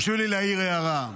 להעיר הערה: